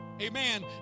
amen